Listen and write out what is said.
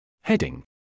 Heading